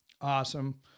awesome